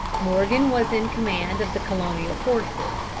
morgan was in command of the colonial forces.